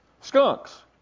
skunks